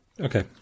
okay